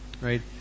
right